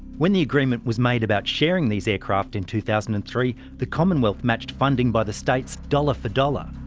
when the agreement was made about sharing these aircraft in two thousand and three, the commonwealth matched funding by the states dollar for dollar.